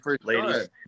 Ladies